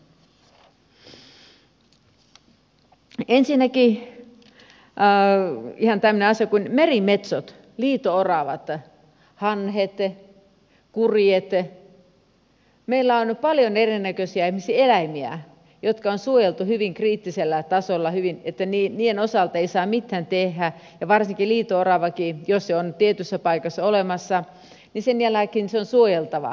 ensinnäkin ihan tämmöinen asia kuin merimetsot liito oravat hanhet kurjet meillä on paljon erinäköisiä esimerkiksi eläimiä jotka on suojeltu hyvin kriittisellä tasolla että niiden osalta ei saa mitään tehdä ja varsinkin jos liito oravakin on tietyssä paikassa olemassa sen jälkeen se on suojeltava